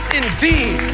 indeed